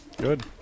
Good